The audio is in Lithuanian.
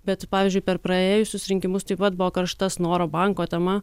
bet pavyzdžiui per praėjusius rinkimus taip pat buvo karšta snoro banko tema